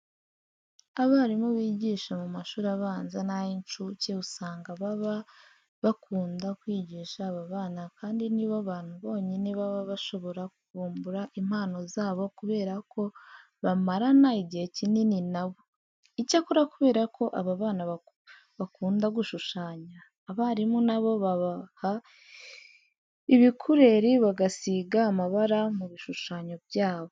Abarimu bigisha mu mashuri abanza n'ay'incuke usanga baba bakunda kwigisha aba bana kandi ni bo bantu bonyine baba bashobora kuvumbura impano zabo kubera ko bamarana igihe kinini na bo. Icyakora kubera ko aba bana bakunda gushushanya, abarimu na bo babaha ibikureri bagasiga amabara mu bishushanyo byabo.